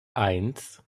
eins